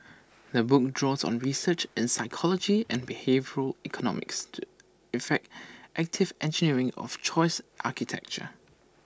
the book draws on research in psychology and behavioural economics to effect active engineering of choice architecture